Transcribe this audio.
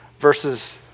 versus